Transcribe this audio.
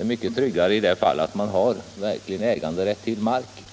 är mycket tryggare i sådana fall att verkligen ha äganderätt till marken.